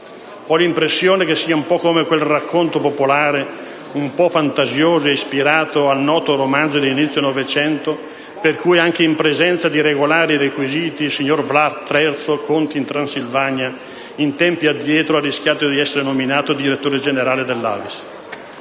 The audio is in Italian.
ho l'impressione che sia un po' come quel racconto popolare, un po' fantasioso, ispirato ad un noto romanzo di inizio Novecento per cui, anche in presenza di regolari requisiti, il signor Vlad III, conte in Transilvania in tempi addietro, ha rischiato di essere nominato direttore generale dell'AVIS.